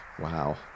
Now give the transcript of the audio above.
Wow